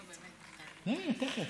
הינה, תכף.